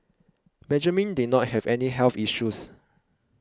Benjamin did not have any health issues